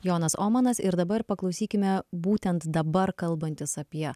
jonas omanas ir dabar paklausykime būtent dabar kalbantis apie